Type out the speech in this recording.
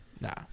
Nah